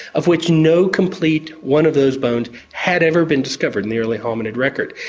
of which no complete one of those bones had ever been discovered in the early hominid record.